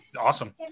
awesome